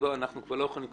אנחנו לא יכולים,